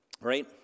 right